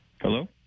Hello